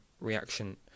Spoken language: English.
reaction